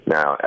Now